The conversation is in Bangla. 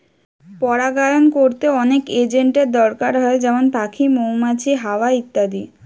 পরাগায়ন কোরতে অনেক এজেন্টের দোরকার হয় যেমন পাখি, মৌমাছি, হাওয়া ইত্যাদি